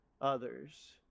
others